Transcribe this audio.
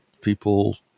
people